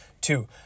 Two